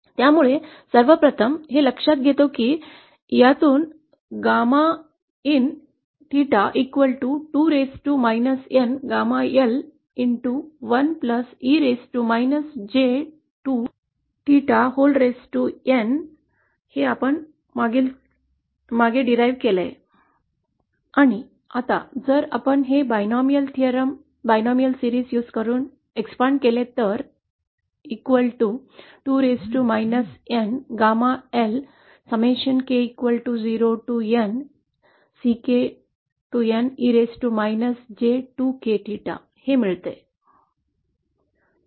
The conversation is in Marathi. त्यामुळे सर्वप्रथम आपण हे लक्षात घेतो की यातून गॅमा इन थेटा दिला जातो आणि जर आपण याचा बायनॉमियल विस्तार केला तर आपल्याला असे भाव मिळतात